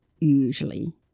Usually